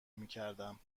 میکردم